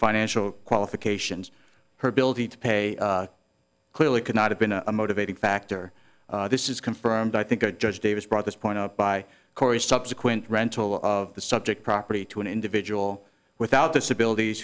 financial qualifications her ability to pay clearly could not have been a motivating factor this is confirmed i think a judge davis brought this point out by corey's subsequent rental of the subject property to an individual without disabilities